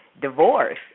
divorce